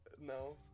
No